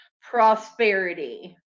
prosperity